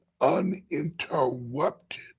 uninterrupted